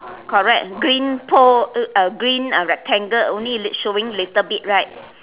correct green pole uh a green ah rectangle only lit~ only showing little bit right